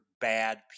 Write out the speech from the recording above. bad